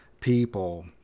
people